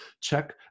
check